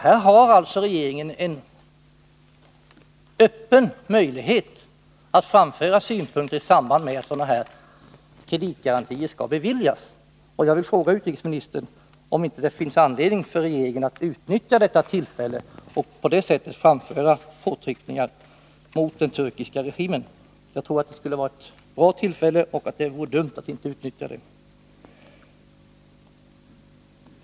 Här har alltså regeringen en öppen möjlighet att framföra synpunkter i samband med att sådana här kreditgarantier skall beviljas. Jag vill fråga utrikesministern om det inte finns anledning för regeringen att utnyttja detta tillfälle för att framföra påtryckningar mot den turkiska regimen. Jag tror att det skulle vara ett bra tillfälle och att det vore dumt att inte utnyttja det.